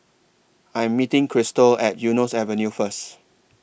I Am meeting Christel At Eunos Avenue First